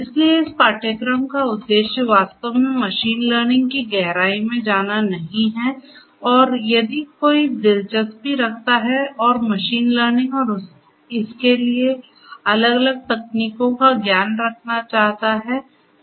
इसलिए इस पाठ्यक्रम का उद्देश्य वास्तव में मशीन लर्निंग की गहराई में जाना नहीं है और यदि कोई दिलचस्पी रखता है और मशीन लर्निंग और इसके लिए अलग अलग तकनीकों का ज्ञान रखना चाहता है तो